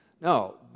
No